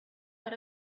out